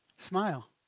Smile